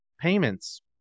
payments